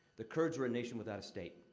the kurds are a nation without a state.